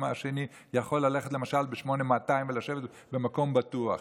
השני יכול ללכת למשל ל-8200 ולשבת במקום בטוח.